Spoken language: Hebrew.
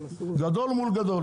גדול מול גדול.